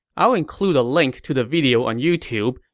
i'll include a link to the video on youtube,